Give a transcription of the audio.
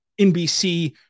NBC